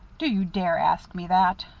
do you dare ask me that?